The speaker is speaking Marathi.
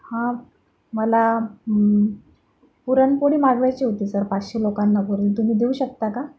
हां मला पुरणपोळी मागवायची होती सर पाचशे लोकांना तुम्ही देऊ शकता का